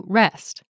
rest